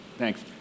Thanks